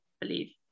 believe